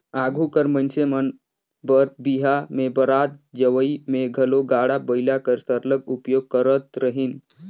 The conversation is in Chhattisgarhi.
आघु कर मइनसे मन बर बिहा में बरात जवई में घलो गाड़ा बइला कर सरलग उपयोग करत रहिन